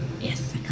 Yes